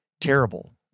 terrible